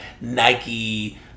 Nike